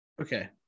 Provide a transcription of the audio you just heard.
Okay